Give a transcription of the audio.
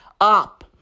up